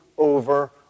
over